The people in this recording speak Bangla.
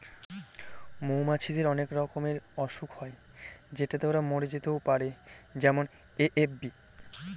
মৌমাছিদের অনেক রকমের অসুখ হয় যেটাতে ওরা মরে যেতে পারে যেমন এ.এফ.বি